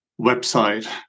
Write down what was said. website